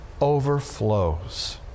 overflows